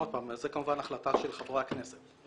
זו כמובן החלטה של חברי הכנסת.